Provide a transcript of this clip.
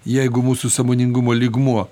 jeigu mūsų sąmoningumo lygmuo